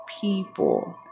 people